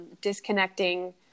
disconnecting